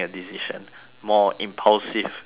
more impulsive it's a very